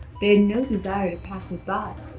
they had no desire to pass it by,